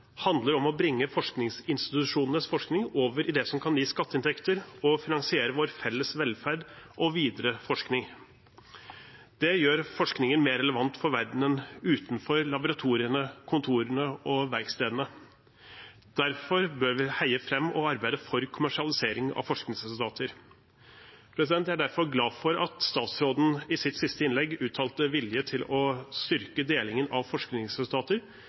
handler om å bringe forskningsinstitusjonenes forskning over i det som kan gi skatteinntekter og finansiere vår felles velferd og videre forskning. Det gjør forskningen mer relevant for verdenen utenfor laboratoriene, kontorene og verkstedene. Derfor bør vi heie fram og arbeide for kommersialisering av forskningsresultater. Jeg er derfor glad for at statsråden i sitt siste innlegg uttalte vilje til å styrke delingen av